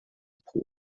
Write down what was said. poor